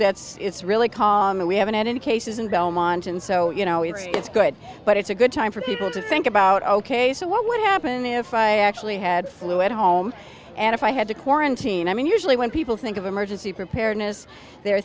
deaths it's really calm and we haven't had any cases in belmont and so you know it's it's good but it's a good time for people to think about ok so what would happen if i actually had flu at home and if i had to quarantine i mean usually when people think of emergency preparedness they're